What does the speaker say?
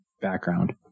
background